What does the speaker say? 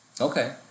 Okay